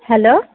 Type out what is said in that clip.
hello